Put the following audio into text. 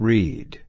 Read